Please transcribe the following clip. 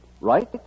right